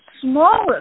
smallest